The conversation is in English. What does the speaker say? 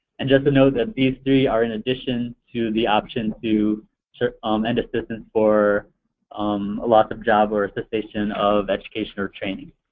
and just to note that these three are in addition to the option to to um end assistance for um a loss of job or a cessation of education or training.